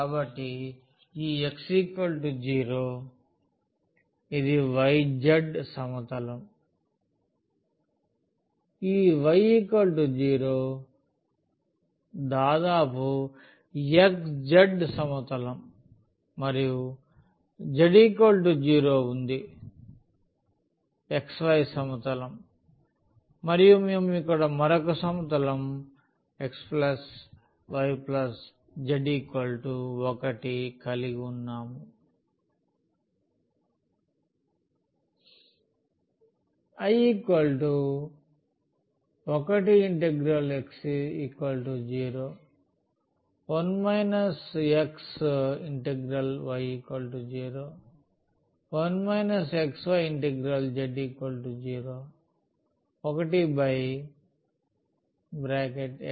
కాబట్టి ఈ x 0 ఇది YZ సమతలం ఈ y 0దాదాపు xz సమతలం మరియు z 0 ఉంది xy సమతలం మరియు మేము ఇక్కడ మరొక సమతలం x y z 1 కలిగి వున్నాం